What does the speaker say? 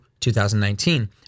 2019